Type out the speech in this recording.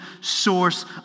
source